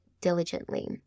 diligently